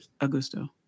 Augusto